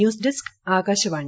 news desk Akashvani